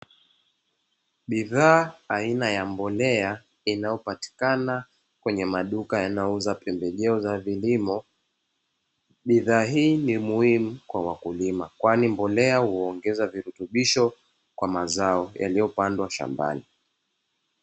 Bidhaa aina ya mbolea inayopatikana kwenye maduka yanayouza pembejeo za vilimo, bidhaa hii ni muhimu kwa wakulima kwani mbolea huongeza virutubisho kwa mazao yaliyopandwa shambani.